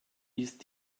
ist